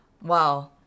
Wow